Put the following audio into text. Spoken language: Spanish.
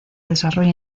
desarrolla